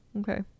Okay